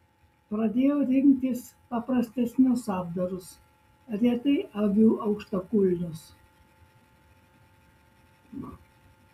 pradėjau rinktis paprastesnius apdarus retai aviu aukštakulnius